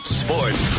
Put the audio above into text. sports